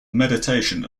meditation